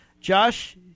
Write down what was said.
Josh